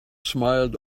smiled